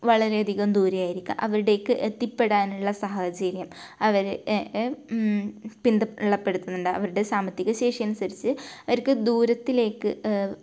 വളരെ അധികം ദൂരെ ആയിരിക്കാം അവിടേക്ക് എത്തിപ്പെടാനുള്ള സാഹചര്യം അവരെ പിൻ തള്ളപ്പെടുത്തുന്നുണ്ട് അവരുടെ സാമ്പത്തികശേഷി അനുസരിച്ച് അവർക്ക് ദൂരത്തിലേക്ക്